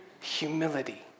humility